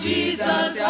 Jesus